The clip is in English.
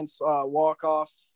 walk-off